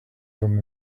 from